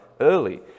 early